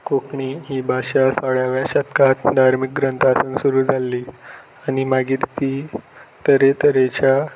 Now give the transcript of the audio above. कोंकणी ही भाशा सोळ्याव्या शेतकांत धार्मीक ग्रंथासन सुरू जाल्ली आनी मागीर ती तरेतरेच्या